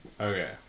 Okay